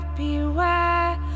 beware